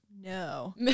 no